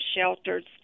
shelters